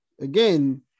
Again